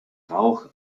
rauch